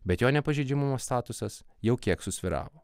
bet jo nepažeidžiamumo statusas jau kiek susvyravo